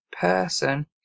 person